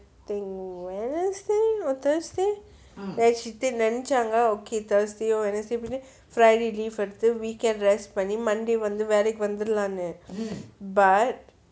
think wednesday or thursday then she think நெனச்சாங்க:nenachanga okay thursday um wednesday போயிட்டு:poyittu weekend rest பண்ணி:pannitu monday வந்து வேலைக்கு வந்திரலாம் னு:vanthu velaikku vanthuralaam nu